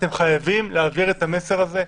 אתם חייבים להעביר את המסר הזה.